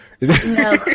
No